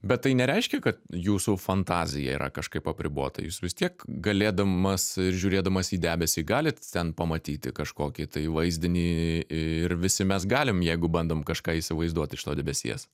bet tai nereiškia kad jūsų fantazija yra kažkaip apribota jūs vis tiek galėdamas ir žiūrėdamas į debesį galit ten pamatyti kažkokį tai vaizdinį ir visi mes galim jeigu bandom kažką įsivaizduot iš to debesies